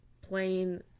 plain